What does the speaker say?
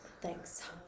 Thanks